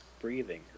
breathing